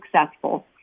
successful